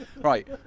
Right